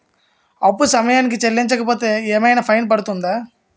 అప్పు సమయానికి చెల్లించకపోతే ఫైన్ ఏమైనా పడ్తుంద?